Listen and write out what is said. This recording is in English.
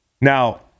Now